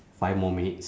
five more minutes